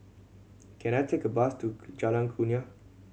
can I take a bus to Jalan Kurnia